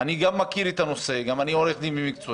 אני גם מכיר את הנושא, גם אני עורך דין במקצועי.